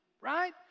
Right